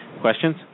Questions